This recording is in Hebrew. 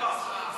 התשע"ז 2017,